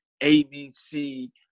ABC